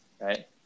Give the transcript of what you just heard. Right